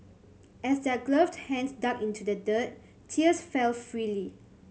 as their gloved hands dug into the dirt tears fell freely